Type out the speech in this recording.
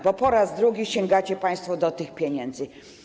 Bo po raz drugi sięgacie państwo do tych pieniędzy.